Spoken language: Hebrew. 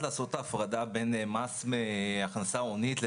לעשות את ההפרדה בין מס מהכנסה הונית.